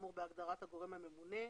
כאמור בהגדרת "הגורם הממונה",